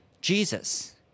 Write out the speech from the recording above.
Jesus